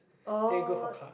then you go for class